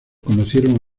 conocieron